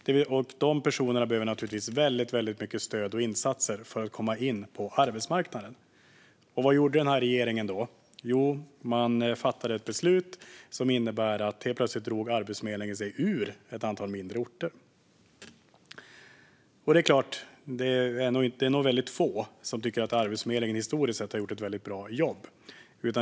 Dessa personer behöver mycket stöd och många insatser för att komma in på arbetsmarknaden. Vad gjorde regeringen då? Jo, man fattade ett beslut som innebar att Arbetsförmedlingen helt plötsligt drog sig bort från ett antal mindre orter. Det är nog visserligen väldigt få som tycker att Arbetsförmedlingen historiskt sett har gjort ett bra jobb.